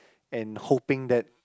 and hoping that